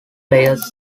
players